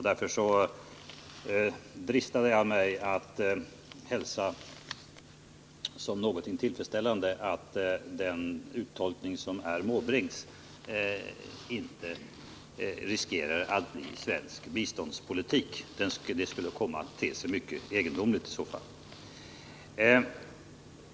Därför är det bra att det inte finns någon risk för att Bertil Måbrinks uttolkning blir svensk biståndspolitik. Det skulle komma att te sig mycket egendomligt i så fall.